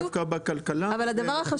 זה דווקא בכלכלה, לא באוצר.